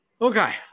Okay